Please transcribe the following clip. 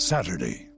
Saturday